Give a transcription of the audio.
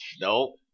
nope